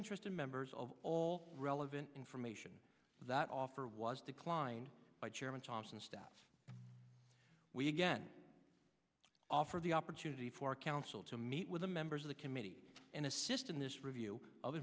interest in members of all relevant information that offer was declined by chairman thompson staff we again offer the opportunity for counsel to meet with the members of the committee and assist in this review o